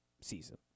season